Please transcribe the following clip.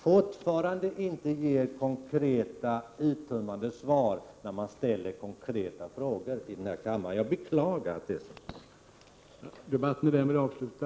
Fortfarande får man inte några konkreta, uttömmande svar på de konkreta frågor som ställs i denna kammare. Jag beklagar att det är så.